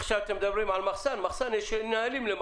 למחסן יש מנהלים.